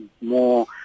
more